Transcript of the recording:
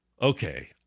okay